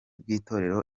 bw’itorero